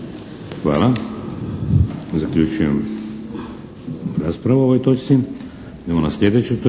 Hvala. Zaključujem raspravu o ovoj točci.